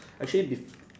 actually